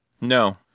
No